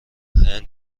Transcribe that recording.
هند